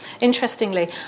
Interestingly